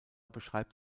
beschreibt